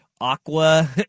Aqua